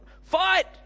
Fight